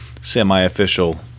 semi-official